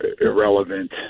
irrelevant